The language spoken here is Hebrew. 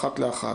אחת לאחת,